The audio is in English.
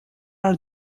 are